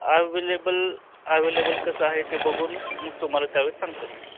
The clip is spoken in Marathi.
ॲवेलेबल अवेलेबल कसं आहे ते बघून मग तुम्हाला त्यावेळी सांगतो मी